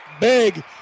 big